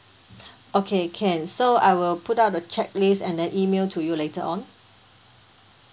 okay can so I will put out a checklist and then email to you later on